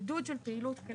עידוד של פעילות כלכלית.